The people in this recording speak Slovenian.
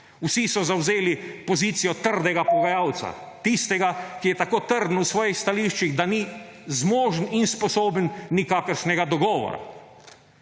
Vsi so zavzeli pozicijo trdega pogajalca, tistega, ki je tako trden v svojih stališčih, da ni zmožen in sposoben nikakršnega dogovora.